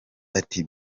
ati